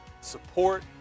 support